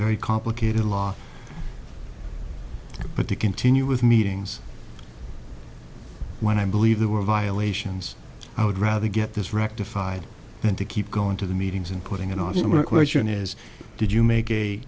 very complicated law but to continue with meetings when i believe there were violations i would rather get this rectified and to keep going to the meetings and putting it off the question is did you make a